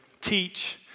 teach